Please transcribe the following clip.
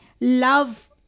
love